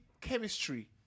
chemistry